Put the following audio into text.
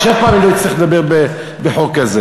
כדי שאף פעם אני לא אצטרך לדבר בחוק כזה,